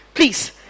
Please